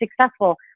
successful